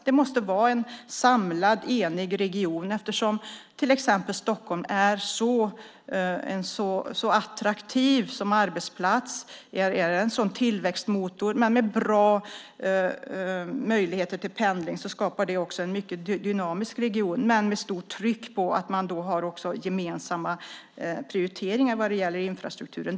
Det måste vara en samlad, enig region, eftersom till exempel Stockholm är så attraktivt som arbetsplats och är en sådan tillväxtmotor. Med bra möjligheter till pendling skapar det en mycket dynamisk region, men med stort tryck på att också ha gemensamma prioriteringar vad gäller infrastrukturen.